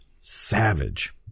savage